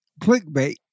clickbait